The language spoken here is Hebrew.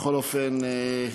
בכל אופן,